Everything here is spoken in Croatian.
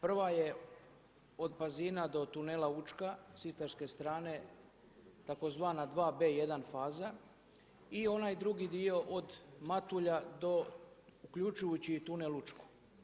Prva je od Pazina do tunela Učka s istarske strane tzv. dva B1 faza i onaj drugi dio od Matulja do uključujući i tunel Učku.